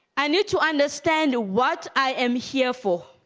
i need to understand what i am here for